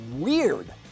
Weird